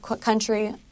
country